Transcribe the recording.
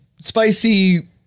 Spicy